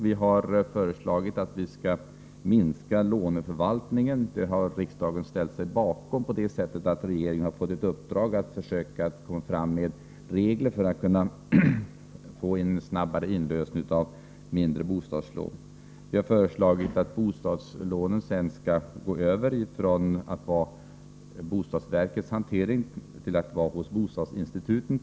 Vi har föreslagit att låneförvaltningen skall minskas. Det har riksdagen ställt sig bakom på det sättet att regeringen har fått ett uppdrag att försöka utforma regler i syfte att åstadkomma en snabbare inlösen av mindre bostadslån. Vi har föreslagit att hanteringen av bostadslånen skall överföras från bostadsverket till bostadsinstituten.